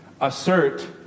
Assert